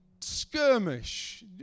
skirmish